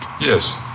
Yes